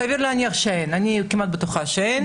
סביר להניח שאין, אני כמעט בטוחה שאין.